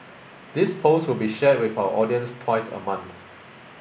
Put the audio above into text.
this post will be shared with our audience twice a month